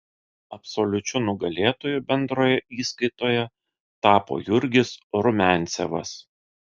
absoliučiu nugalėtoju bendroje įskaitoje tapo jurgis rumiancevas